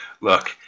Look